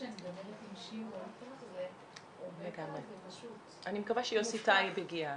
אז אנחנו תמיד נתחיל בזמן ומקווה שגם נסיים בזמן,